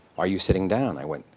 are you sitting down? i went,